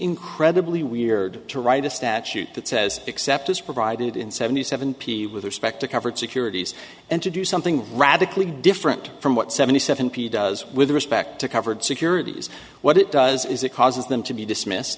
incredibly weird to write a statute that says except as provided in seventy seven p with respect to covered securities and to do something radically different from what seventy seven p does with respect to covered securities what it does is it causes them to be dismissed